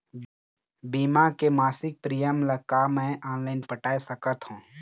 बीमा के मासिक प्रीमियम ला का मैं ऑनलाइन पटाए सकत हो?